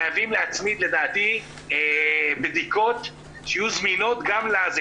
לדעתי חייבים להצמיד בדיקות זמינות גם לזה,